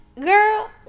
girl